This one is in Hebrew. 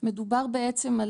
מדובר בעצם,